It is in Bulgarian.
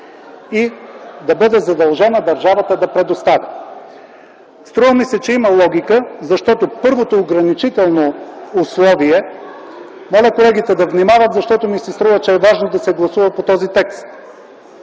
и да бъде задължена държавата да предостави. Струва ми се, че има логика, защото първото ограничително условие... (Шум и реплики.) Моля, колегите да внимават, защото ми се струва, че е важно да се гласува по този текст.